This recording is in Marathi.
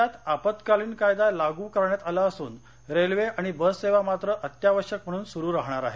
राज्यात आपत्कालीन कायदा लागू करण्यात आला असून रेल्वे आणि बस सेवा मात्र अत्यावश्यक म्हणून सुरु राहणार आहेत